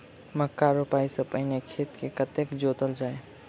मक्का रोपाइ सँ पहिने खेत केँ कतेक जोतल जाए?